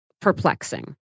perplexing